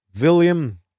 William